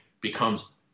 becomes